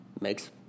makes